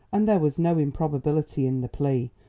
and there was no improbability in the plea,